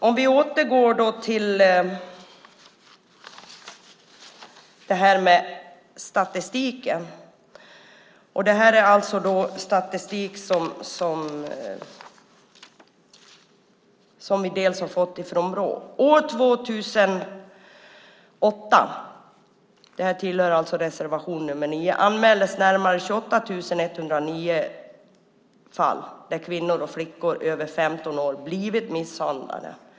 Låt oss återgå till det här med statistiken. Det här är statistik som vi bland annat har fått från Brå. År 2008 - detta hör alltså till reservation nr 9 - anmäldes 28 109 fall där kvinnor och flickor över 15 år blivit misshandlade.